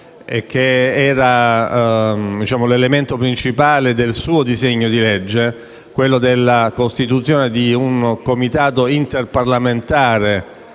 e che costituiva l'elemento principale del suo disegno di legge, cioè la costituzione di un Comitato interparlamentare